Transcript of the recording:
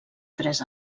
tres